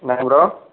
என்னங்க ப்ரோ